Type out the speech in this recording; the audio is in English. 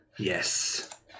Yes